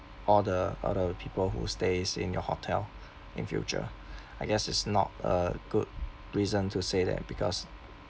all the all the people who stays in your hotel in future I guess it's not a good reason to say that because